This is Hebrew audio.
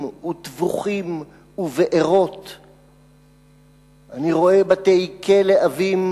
וטבוחים ובערוֹת.// אני רואה בתי-כלא עבים,